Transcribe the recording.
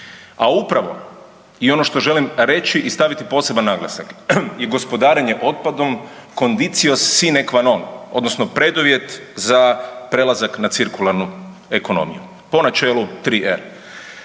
A upravo i ono što želim reći i staviti poseban naglasak je gospodarenje otpadom condicio sine qua non odnosno preduvjet za prelazak na cirkularnu ekonomiju po načelu 3R,